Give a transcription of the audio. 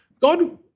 God